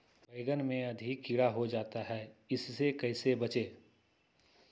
बैंगन में अधिक कीड़ा हो जाता हैं इससे कैसे बचे?